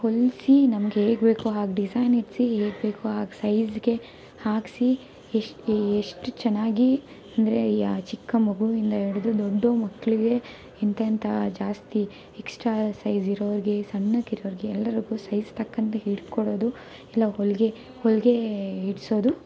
ಹೊಲಿಸಿ ನಮ್ಗೆ ಹೇಗೆ ಬೇಕೋ ಹಾಗೆ ಡಿಸೈನ್ ಇಡಿಸಿ ಹೇಗೆ ಬೇಕೋ ಹಾಗೆ ಸೈಜ್ಗೆ ಹಾಕಿಸಿ ಎಷ್ಟ್ ಎ ಎಷ್ಟು ಚೆನ್ನಾಗಿ ಅಂದರೆ ಯ ಚಿಕ್ಕ ಮಗುವಿಂದ ಹಿಡ್ದು ದೊಡ್ಡ ಮಕ್ಕಳಿಗೆ ಎಂತೆಂಥ ಜಾಸ್ತಿ ಎಕ್ಸ್ಟ್ರಾ ಸೈಜ್ ಇರೋರಿಗೆ ಸಣ್ಣಕ್ಕಿರೋರಿಗೆ ಎಲ್ಲರಿಗೂ ಸೈಜ್ ತಕ್ಕಂತೆ ಹಿಡ್ಕೊಡೋದು ಇಲ್ಲ ಹೊಲಿಗೆ ಹೊಲಿಗೆ ಹಿಡ್ಸೋದು